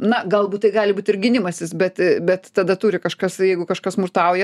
na galbūt tai gali būt ir gynimasis bet bet tada turi kažkas jeigu kažkas smurtauja